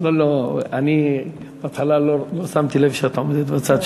לא, אני בהתחלה לא שמתי לב שאת עומדת בצד.